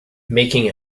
making